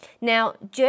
Now